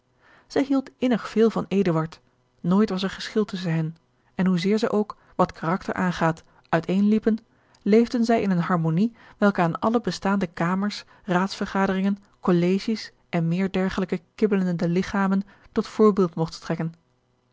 zij hield innig veel van eduard nooit was er geschil tusschen hen en hoezeer zij ook wat karakter aangaat uiteenliepen leefden zij in eene harmonie welke aan alle bestaande kamers raadsvergaderingen collegies en meer dergelijke kibbelende ligchamen tot voorbeeld mogt strekken